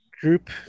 Group